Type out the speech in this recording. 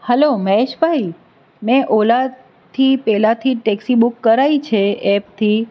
hello Maheshbhai મેં ઓલાથી પેલાથી ટેક્સી બુક કરાવી છે એપથી